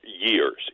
years